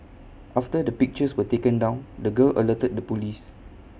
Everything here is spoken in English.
after the pictures were taken down the girl alerted the Police